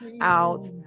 out